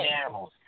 animals